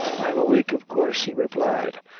i'm awake, of coorse, he replied.